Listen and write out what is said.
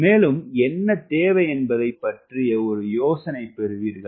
மேலும் என்ன தேவை என்பதைப் பற்றிய ஒரு யோசனையைப் பெறுவீர்கள்